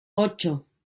ocho